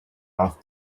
off